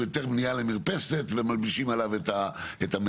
היתר בנייה למפרסת ומלבישים עליו את המטרו.